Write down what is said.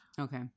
Okay